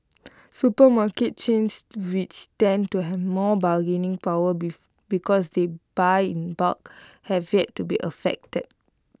supermarket chains which tend to have more bargaining power be because they buy in bulk have yet to be affected